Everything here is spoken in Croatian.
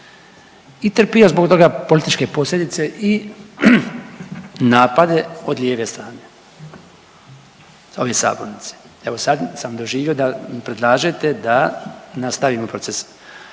i trpio zbog toga političke posljedice i napade od lijeve strane ove sabornice. Evo sad sam doživio da predlažete da nastavimo proces.